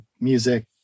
music